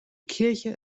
kirche